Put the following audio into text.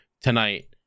tonight